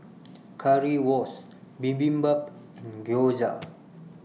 Currywurst Bibimbap and Gyoza